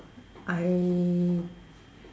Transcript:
I